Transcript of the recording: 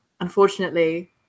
Unfortunately